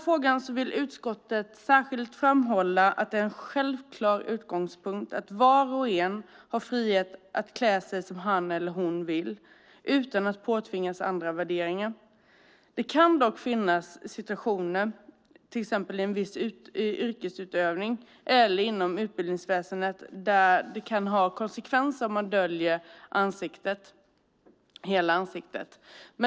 Utskottet vill särskilt framhålla i frågan att det är en självklar utgångspunkt att var och en har frihet att klä sig som han eller hon vill utan att påtvingas andra värderingar. Det kan dock finnas situationer, till exempel i viss yrkesutövning eller inom utbildningsväsendet, där det kan ha konsekvenser om man döljer hela ansiktet.